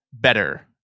better